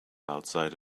outside